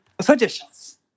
suggestions